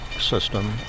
system